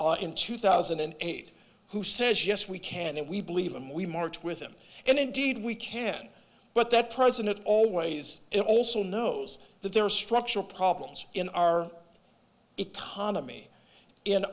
in two thousand and eight who says yes we can and we believe him we marched with him and indeed we can but that president always it also knows that there are structural problems in our economy in